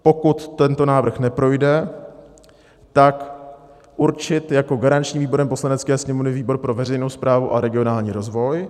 Pokud tento návrh neprojde, tak určit jako garanční výbor Poslanecké sněmovny výbor pro veřejnou správu a regionální rozvoj.